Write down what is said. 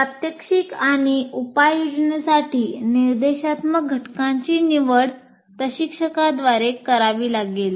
प्रात्यक्षिक आणि उपाययोजनासाठी निर्देशात्मक घटकांची निवड प्रशिक्षकाद्वारे करावी लागेल